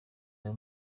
ayo